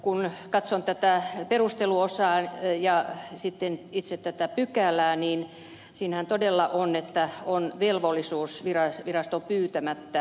kun katson tätä perusteluosaa ja sitten itse tätä pykälää niin siinähän todella on että on velvollisuus viraston pyytämättä ilmoittaa